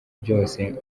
byose